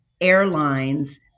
airlines